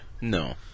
No